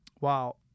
Wow